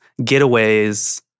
getaways